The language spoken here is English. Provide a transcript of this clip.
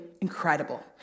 incredible